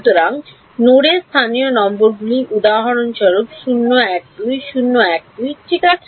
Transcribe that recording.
সুতরাং নোডের স্থানীয় নম্বরগুলি উদাহরণস্বরূপ 012 012 ঠিক আছে